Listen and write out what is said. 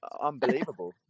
Unbelievable